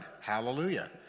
Hallelujah